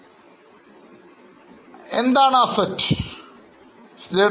Right now let us briefly revise asset and liabilities